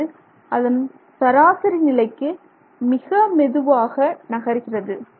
இது அதன் சராசரி நிலைக்கு மிக மெதுவாக நகர்கிறது